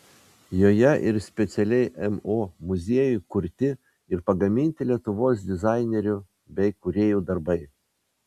joje ir specialiai mo muziejui kurti ir pagaminti lietuvos dizainerių bei kūrėjų darbai